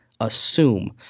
assume